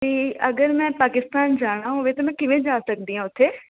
ਅਤੇ ਅਗਰ ਮੈਂ ਪਾਕਿਸਤਾਨ ਜਾਣਾ ਹੋਵੇ ਤਾਂ ਮੈਂ ਕਿਵੇਂ ਜਾ ਸਕਦੀ ਹਾਂ ਉੱਥੇ